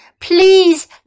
Please